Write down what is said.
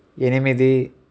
ఎనిమిది